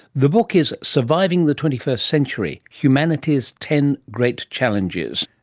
the book is surviving the twenty first century humanity's ten great challenges.